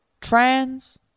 trans